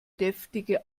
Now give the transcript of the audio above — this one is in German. deftige